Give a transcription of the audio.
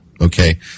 Okay